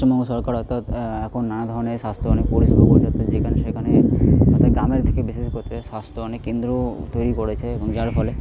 পশ্চিমবঙ্গ সরকার অর্থাৎ এখন নানা ধরনের স্বাস্থ্য পরিষেবা বোঝাতে যেইখানে সেইখানে অর্থাৎ গ্রামের দিকে বিশেষ করে স্বাস্থ্য অনেক কেন্দ্র তৈরি করেছে এবং যার ফলে